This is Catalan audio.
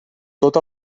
tot